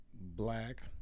black